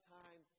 time